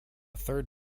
third